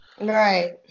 Right